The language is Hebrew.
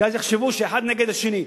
כי אז יחשבו שאחד נגד השני.